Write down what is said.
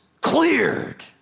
cleared